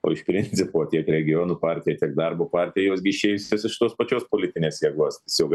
o iš principo tiek regionų partija tiek darbo partija jos gi išėjusios iš tos pačios politinės jėgos tiesiog